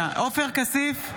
כסיף,